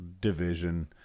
division